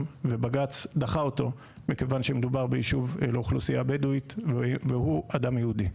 ובג"צ דחה אותו מכיוון שמדובר ביישוב לאוכלוסייה בדואית והוא אדם יהודי.